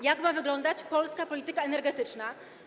Jak ma wyglądać polska polityka energetyczna?